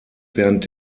während